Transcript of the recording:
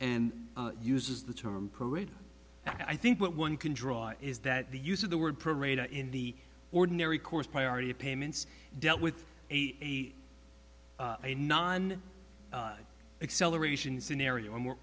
and uses the term parade i think what one can draw is that the use of the word parade in the ordinary course priority payments dealt with a non acceleration scenario a more